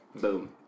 Boom